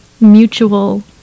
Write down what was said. mutual